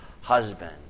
husband